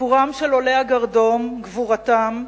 סיפורם של עולי הגרדום, גבורתם,